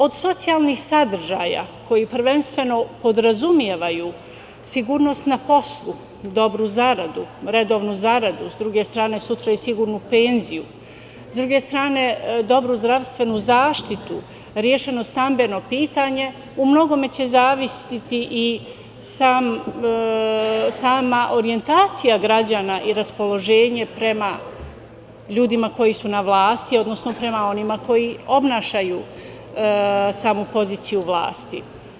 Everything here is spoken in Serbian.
Od socijalnih sadržaja koji prvenstveno podrazumevaju sigurnost na poslu, dobru zaradu, redovnu zaradu, sa druge strane sutra i sigurnu penzije, s druge strane dobru zdravstvenu zaštitu, rešeno stambeno pitanje u mnogome će zavisiti i sama orijentacija građana i raspoloženje prema ljudima koji su na vlasti, odnosno prema onima koji oponašaju samu poziciju vlasti.